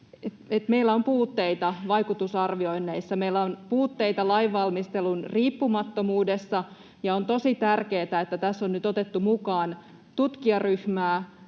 meillä on puutteita vaikutusarvioinneissa, meillä on puutteita lainvalmistelun riippumattomuudessa, ja on tosi tärkeätä, että tässä on nyt otettu mukaan tutkijaryhmää